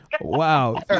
Wow